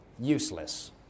useless